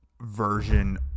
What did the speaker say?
version